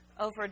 over